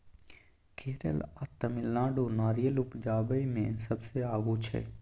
केरल आ तमिलनाडु नारियर उपजाबइ मे सबसे आगू छै